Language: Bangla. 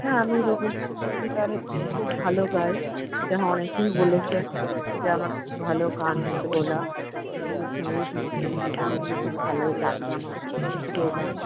হ্যাঁ আমি রবি রবি খুব ভালো গাই এটা অনেকেই বলেছেন যে আমার খুব ভালো গানের গলা রবীন্দ্র সঙ্গীত নজরুল গীতি এগুলো খুব ভালোই লাগে আমার প্রিয় গান